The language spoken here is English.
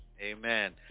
Amen